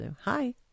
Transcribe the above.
Hi